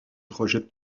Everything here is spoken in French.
rejette